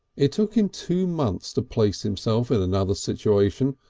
it took him two months to place himself in another situation,